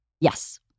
Yes